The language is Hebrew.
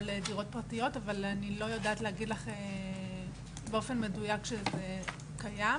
לדירות פרטיות אבל אני לא יודעת להגיד לך באופן מדויק שזה קיים.